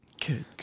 Good